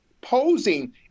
posing